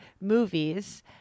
movies